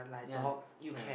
yeah yeah